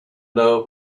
know